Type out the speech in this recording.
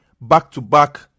back-to-back